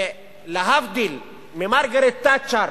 להבדיל ממרגרט תאצ'ר